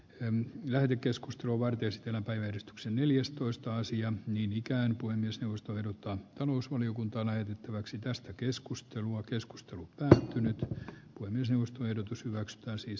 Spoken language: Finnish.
en lähde keskustelua vain keskellä päivää edistyksen neljästoista asian niin ikään kuin myös jaosto ehdottaa talousvaliokunta lähetettäväksi tästä keskustelua keskustelu ärtynyt kuin sen ostoehdotus hyväksytään siis